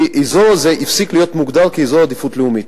כי האזור הזה הפסיק להיות מוגדר כאזור עדיפות לאומית,